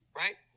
right